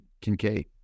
Kincaid